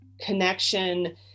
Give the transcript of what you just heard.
connection